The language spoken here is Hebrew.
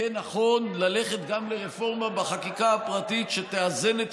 יהיה נכון ללכת גם לרפורמה בחקיקה הפרטית שתאזן את